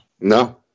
No